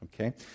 Okay